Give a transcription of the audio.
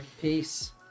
Peace